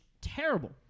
terrible